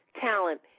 talent